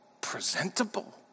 presentable